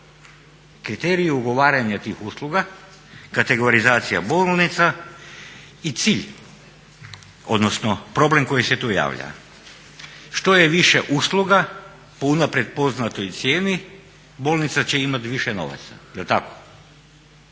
Kriterij ugovaranja tih usluga, kategorizacija bolnica i cilj odnosno problem koji se tu javlja. Što je više usluga po unaprijed poznatoj cijeni bolnica će imati više novaca jel tako?